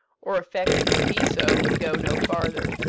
or affecting to be so, would go no farther.